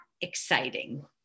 exciting